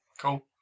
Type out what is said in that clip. Cool